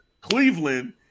Cleveland